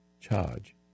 charge